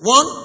One